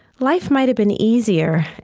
life might have been easier